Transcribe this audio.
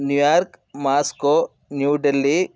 New York Moscow New Delhi